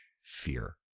fear